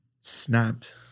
snapped